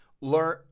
Learn